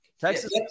Texas